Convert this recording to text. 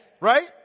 Right